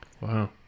wow